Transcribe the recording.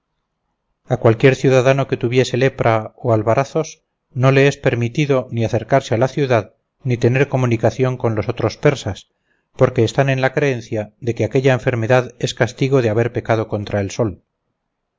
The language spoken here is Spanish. a cualquier ciudadano que tuviese lepra o albarazos no le es permitido ni acercarse a la ciudad ni tener comunicación con los otros persas porque están en la creencia de que aquella enfermedad es castigo de haber pecado contra el sol